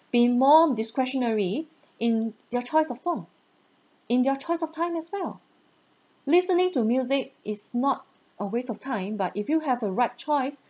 been more discretionary in their choice of songs in their choice of time as well listening to music is not a waste of time but if you have the right choice